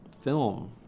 film